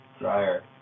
dryer